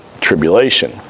tribulation